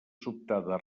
sobtada